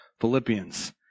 Philippians